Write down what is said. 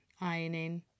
ironing